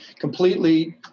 completely